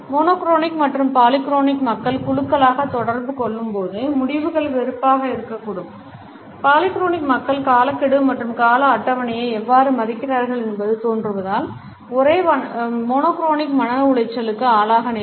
ஒரே வண்ணமுடைய மற்றும் பாலிகிரோனிக் மக்கள் குழுக்களாக தொடர்பு கொள்ளும்போது முடிவுகள் வெறுப்பாக இருக்கக்கூடும் பாலிஃபோனிக் மக்கள் காலக்கெடு மற்றும் கால அட்டவணையை எவ்வாறு மதிக்கிறார்கள் என்று தோன்றுவதால் ஒரே வண்ணமுடையவர்கள் மன உளைச்சலுக்கு ஆளாக நேரிடும்